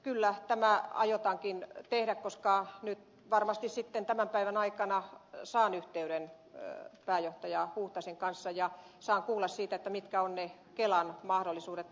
kyllä tämä aiotaankin tehdä koska nyt varmasti tämän päivän aikana saan yhteyden pääjohtaja huuhtasen kanssa ja saan kuulla siitä mitkä ovat ne kelan mahdollisuudet auttaa tässä